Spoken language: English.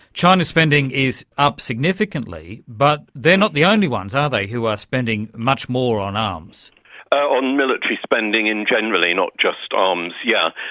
china's spending is up significantly, but they are not the only ones, are they, who are spending much more on arms on military spending in general, not just arms, yeah